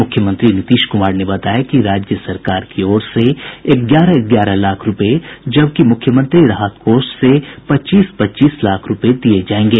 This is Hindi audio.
मुख्यमंत्री नीतीश कुमार ने बताया कि राज्य सरकार की ओर से ग्यारह ग्यारह लाख रूपये जबकि मुख्यमंत्री राहत कोष से पच्चीस पच्चीस लाख रूपये दिये जायेंगे